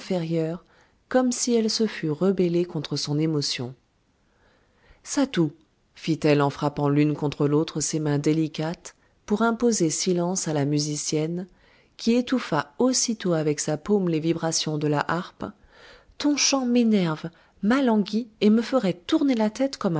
comme si elle se fût rebellée contre son émotion satou fit-elle en frappant l'une contre l'autre ses mains délicates pour imposer silence à la musicienne qui étouffa aussitôt avec sa paume les vibrations de la harpe ton chant m'énerve m'alanguit et me ferait tourner la tête